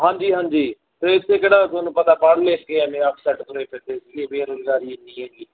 ਹਾਂਜੀ ਹਾਂਜੀ ਅਤੇ ਇੱਥੇ ਕਿਹੜਾ ਤੁਹਾਨੂੰ ਪਤਾ ਪੜ੍ਹ ਲਿਖ ਕੇ ਐਵੇਂ ਅਪਸੈਟ ਤੁਰੇ ਫਿਰਦੇ ਬੇਰੁਜ਼ਗਾਰੀ ਐਨੀ ਹੈਗੀ